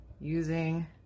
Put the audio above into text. using